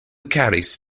carries